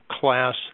class